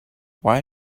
why